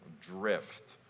drift